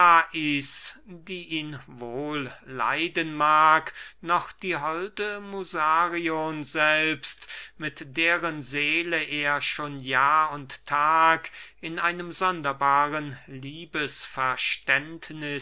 lais die ihn wohl leiden mag noch die holde musarion selbst mit deren seele er schon jahr und tag in einem sonderbaren